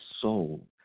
soul